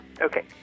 Okay